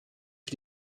für